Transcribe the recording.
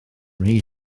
rhy